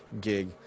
gig